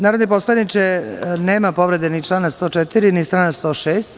Narodni poslaniče, nema povrede ni člana 104. ni člana 106.